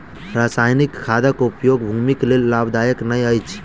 रासायनिक खादक उपयोग भूमिक लेल लाभदायक नै अछि